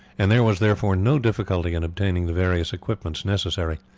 and there was therefore no difficulty in obtaining the various equipments necessary.